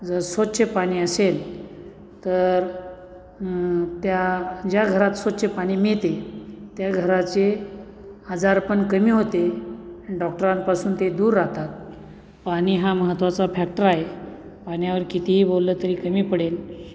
जर स्वच्छ पाणी असेल तर त्या ज्या घरात स्वच्छ पाणी मिळते त्या घराचे आजारपण कमी होते डॉक्टरांपासून ते दूर राहतात पाणी हा महत्त्वाचा फॅक्टर आहे पाण्यावर कितीही बोललं तरी कमी पडेल